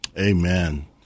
Amen